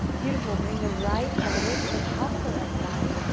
beautiful. bring the right elbow to the top of the right thigh.